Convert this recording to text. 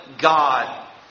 God